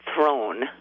throne